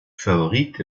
favorite